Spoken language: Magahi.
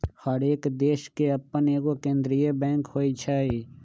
हरेक देश के अप्पन एगो केंद्रीय बैंक होइ छइ